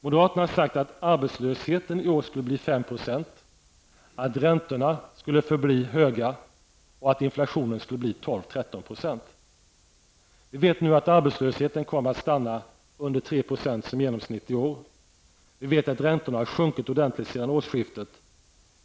Moderaterna har sagt att arbetslösheten i år skulle bli 5 %, att räntorna skulle förbli höga och att inflationen skulle bli 12--13 %. Vi vet nu att arbetslösheten kommer att stanna under 3 % som genomsnitt i år. Vi vet att räntorna har sjunkit ordentligt sedan årsskiftet.